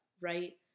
right